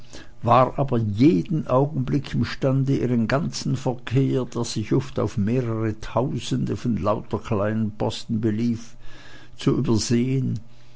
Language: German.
war aber jeden augenblick imstande ihren ganzen verkehr der sich oft auf mehrere tausende in lauter kleinen posten belief zu übersehen